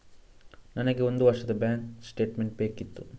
ನನಗೆ ಒಂದು ವರ್ಷದ ಬ್ಯಾಂಕ್ ಸ್ಟೇಟ್ಮೆಂಟ್ ಬೇಕಿತ್ತು